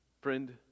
Friend